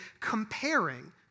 comparing